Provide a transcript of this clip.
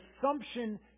assumption